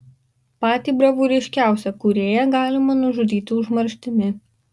patį bravūriškiausią kūrėją galima nužudyti užmarštimi